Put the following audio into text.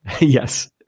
Yes